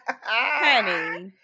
Honey